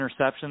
interceptions